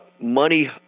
money